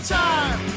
time